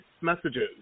messages